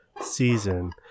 season